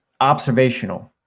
observational